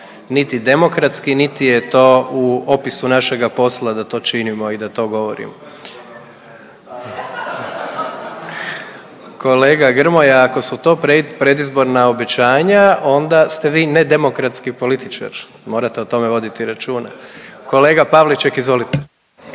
niti demokratski niti je to u opisu našega posla da to činimo i da to govorimo. .../Upadica se ne čuje./... Kolega Grmoja, ako su to predizborna obećanja, onda ste vi nedemokratski političar, morate o tome voditi računa. Kolega Pavliček, izvolite.